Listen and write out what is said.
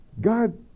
God